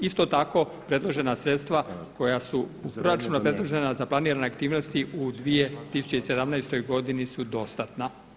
Isto tako predložena sredstva koja su iz proračuna predložena za planirane aktivnosti u 2017. godini su dostatna.